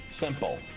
Simple